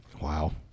Wow